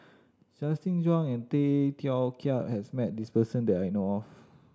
Justin Zhuang and Tay Teow Kiat has met this person that I know of